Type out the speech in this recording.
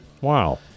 wow